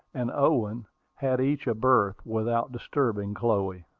and owen had each a berth, without disturbing chloe.